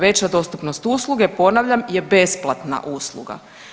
Veća dostupnost usluge ponavljam je besplatna usluga.